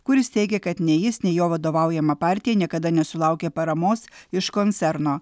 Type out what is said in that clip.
kuris teigė kad nei jis nei jo vadovaujama partija niekada nesulaukė paramos iš koncerno